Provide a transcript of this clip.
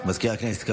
מזכיר הכנסת,